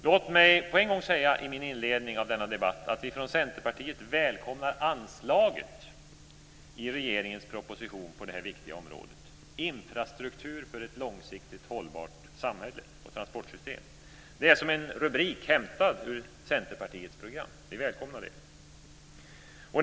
Låt mig på en gång säga i min inledning av denna debatt att vi från Centerpartiet välkomnar anslaget i regeringens proposition på detta viktiga område. "Infrastruktur för ett långsiktigt hållbart samhälle och transportsystem" är som en rubrik hämtad ur Centerpartiets program. Vi välkomnar det.